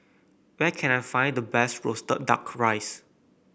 where can I find the best roasted duck rice